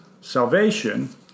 Salvation